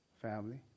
family